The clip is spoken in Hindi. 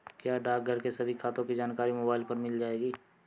क्या डाकघर के सभी खातों की जानकारी मोबाइल पर मिल जाएगी?